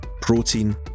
protein